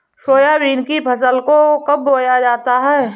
Soybean की फसल को कब बोया जाता है?